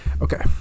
Okay